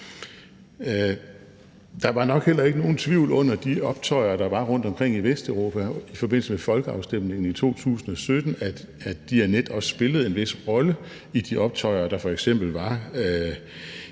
Der var nok heller ikke nogen tvivl under de optøjer, der var rundtomkring i Vesteuropa i forbindelse med folkeafstemningen i 2017, at Diyanet også spillede en vis rolle i de optøjer, der f.eks. var